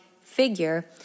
figure